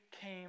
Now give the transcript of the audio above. came